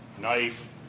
knife